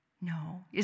No